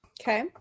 Okay